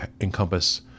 encompass